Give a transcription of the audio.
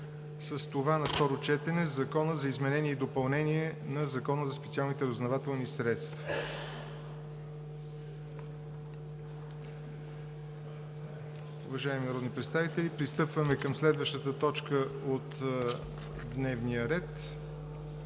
с това на второ четене и Закона за изменение и допълнение на Закона за специалните разузнавателни средства. Уважаеми народни представители, пристъпваме към следващата точка от дневния ред: